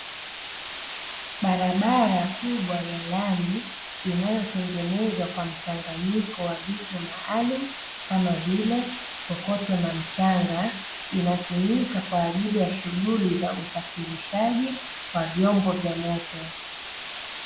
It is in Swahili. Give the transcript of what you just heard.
Barabara kubwa ya lami inayotengenezwa kwa mchanganyiko wa vitu maalumu kama vile kokoto na mchanga, inatumika kwa ajili ya shughuli za usafirishaji wa vyombo vya moto.